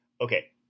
Okay